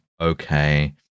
okay